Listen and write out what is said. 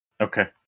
Okay